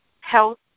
health